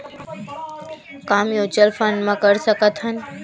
का mutual fund म कर सकत हन?